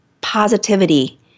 positivity